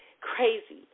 crazy